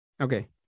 Okay